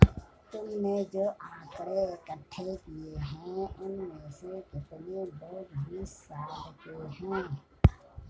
तुमने जो आकड़ें इकट्ठे किए हैं, उनमें से कितने लोग बीस साल के हैं?